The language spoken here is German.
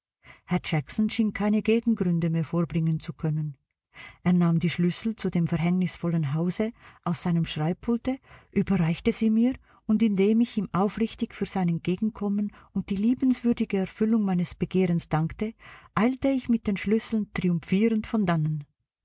herr jackson schien keine gegengründe mehr vorbringen zu können er nahm die schlüssel zu dem verhängnisvollen hause aus seinem schreibpulte überreichte sie mir und indem ich ihm aufrichtig für sein entgegenkommen und die liebenswürdige erfüllung meines begehrens dankte eilte ich mit den schlüsseln triumphierend von dannen